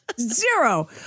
Zero